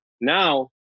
Now